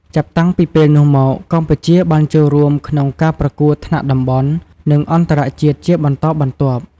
ចាប់តាំងពីពេលនោះមក កម្ពុជាបានចូលរួមក្នុងការប្រកួតថ្នាក់តំបន់ និងអន្តរជាតិជាបន្តបន្ទាប់។